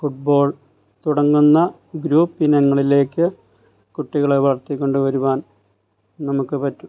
football തുടങ്ങുന്ന ഗ്രൂപ്പിനങ്ങളിലേക്ക് കുട്ടികളെ വളർത്തിക്കൊണ്ടുവരുവാൻ നമ്മൾക്ക് പറ്റും